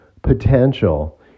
potential